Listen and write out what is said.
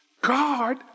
God